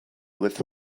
with